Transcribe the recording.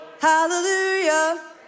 Hallelujah